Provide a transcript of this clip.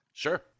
Sure